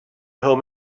home